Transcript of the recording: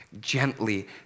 gently